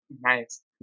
nice